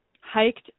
hiked